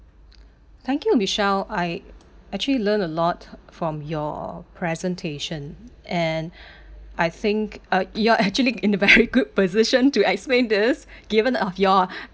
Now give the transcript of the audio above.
thank you michelle I actually learned a lot from your presentation and I think uh you're actually in the very good position to explain this given of your